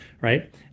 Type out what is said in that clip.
right